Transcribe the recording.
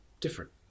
different